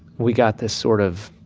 we got this sort of